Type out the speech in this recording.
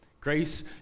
Grace